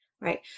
Right